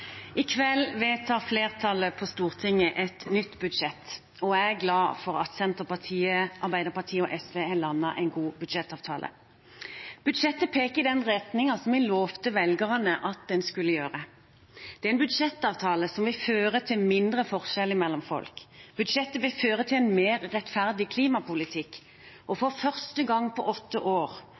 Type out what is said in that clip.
at Senterpartiet, Arbeiderpartiet og SV har landet en god budsjettavtale. Budsjettet peker i den retningen vi lovte velgerne at det skulle gjøre. Det er en budsjettavtale som vil føre til mindre forskjeller mellom folk. Budsjettet vil føre til en mer rettferdig klimapolitikk. Og for første gang på åtte år